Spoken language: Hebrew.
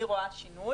אני רואה שינוי.